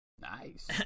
Nice